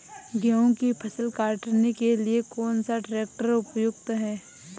गेहूँ की फसल काटने के लिए कौन सा ट्रैक्टर उपयुक्त है?